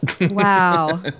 Wow